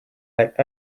like